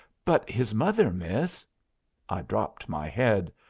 but his mother, miss i dropped my head.